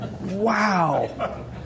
Wow